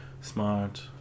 smart